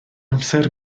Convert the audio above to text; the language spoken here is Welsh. amser